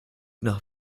nach